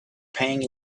pang